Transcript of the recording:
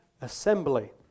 assembly